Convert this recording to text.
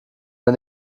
der